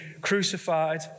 crucified